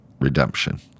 redemption